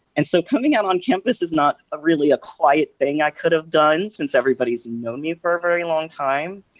and so coming out on campus is not a really a quiet thing i could have done since everybody has known me for a very long time,